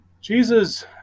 Jesus